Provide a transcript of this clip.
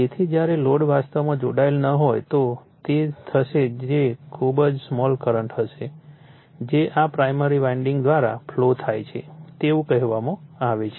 તેથી જ્યારે લોડ વાસ્તવમાં જોડાયેલ ન હોય તો જે થશે તે ખૂબ જ સ્મોલ કરંટ હશે જે આ પ્રાઇમરી વાઇન્ડિંગ દ્વારા ફ્લો થાય છે તેવું કહેવામાં આવે છે